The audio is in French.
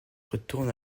retourne